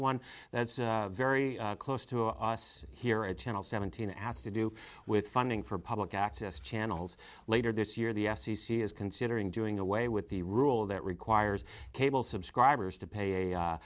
one that's very close to us here at channel seventeen it has to do with funding for public access channels later this year the f c c is considering doing away with the rule that requires cable subscribers to pay a